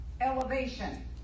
elevation